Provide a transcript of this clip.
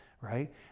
right